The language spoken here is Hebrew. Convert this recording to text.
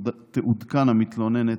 יעודכנו המתלוננת,